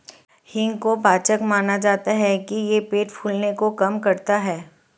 हींग को पाचक माना जाता है कि यह पेट फूलने को कम करता है